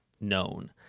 known